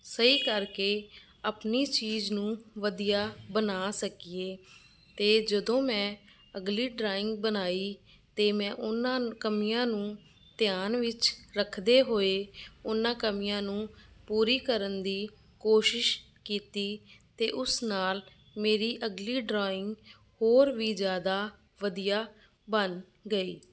ਸਹੀ ਕਰਕੇ ਆਪਣੀ ਚੀਜ਼ ਨੂੰ ਵਧੀਆ ਬਣਾ ਸਕੀਏ ਅਤੇ ਜਦੋਂ ਮੈਂ ਅਗਲੀ ਡਰਾਇੰਗ ਬਣਾਈ ਅਤੇ ਮੈਂ ਉਹਨਾਂ ਨ ਕਮੀਆਂ ਨੂੰ ਧਿਆਨ ਵਿੱਚ ਰੱਖਦੇ ਹੋਏ ਉਹਨਾਂ ਕਮੀਆਂ ਨੂੰ ਪੂਰੀ ਕਰਨ ਦੀ ਕੋਸ਼ਿਸ਼ ਕੀਤੀ ਅਤੇ ਉਸ ਨਾਲ ਮੇਰੀ ਅਗਲੀ ਡਰਾਇੰਗ ਹੋਰ ਵੀ ਜ਼ਿਆਦਾ ਵਧੀਆ ਬਣ ਗਈ